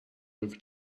over